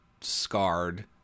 scarred